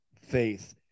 faith